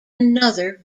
another